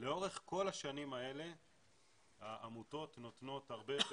לאורך כל השנים האלה העמותות נותנות הרבה יותר